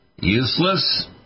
useless